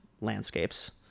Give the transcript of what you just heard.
landscapes